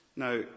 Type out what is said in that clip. Now